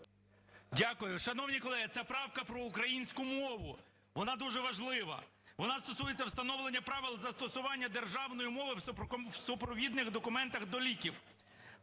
Дякую. Шановні колеги, це правка про українську мову, вона дуже важлива. Вона стосується встановлення правил застосування державної мови в супровідних документах до ліків.